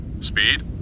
Speed